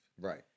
right